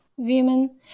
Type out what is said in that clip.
Women